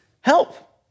help